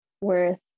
worth